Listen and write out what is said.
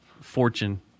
fortune